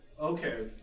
Okay